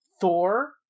Thor